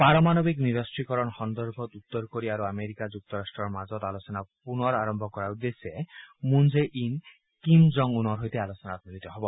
পাৰমাণিৱক নিৰস্ত্ৰীকৰণ সন্দৰ্ভত উত্তৰ কোৰিয়া আৰু আমেৰিকা যুক্তৰাষ্টৰ মাজত আলোচনা পুনৰ আৰম্ভ কৰাৰ উদ্দেশ্যে Moon Jae In Kim Jong উনৰ সৈতে আলোচনাত মিলিত হ'ব